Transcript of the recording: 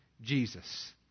Jesus